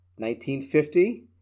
1950